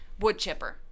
Woodchipper